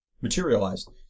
materialized